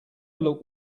look